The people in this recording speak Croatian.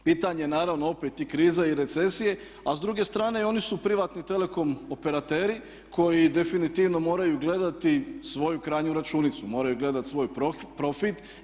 Pitanje je naravno opet i krize i recesije, a s druge strane one su privatni telekom operateri koji definitivno moraju gledati svoju krajnju računicu, moraju gledati svoj profit.